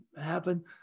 happen